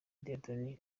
dieudonne